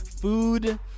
food